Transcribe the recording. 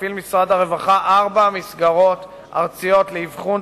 מפעיל משרד הרווחה ארבע מסגרות ארציות לאבחון,